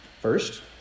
First